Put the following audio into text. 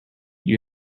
you